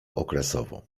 okresowo